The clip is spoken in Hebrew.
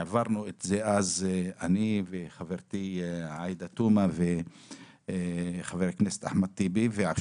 אז אני וחברתי עאידה תומא וחבר הכנסת אחמד טיבי העברנו את זה.